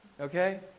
Okay